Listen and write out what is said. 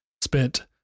spent